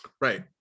right